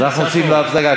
אז אנחנו יוצאים להפסקה.